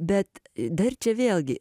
bet dar čia vėlgi